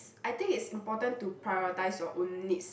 I think it's important to prioritize your own needs